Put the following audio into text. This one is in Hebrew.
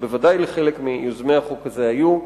שוודאי לחלק מיוזמי החוק הזה היו,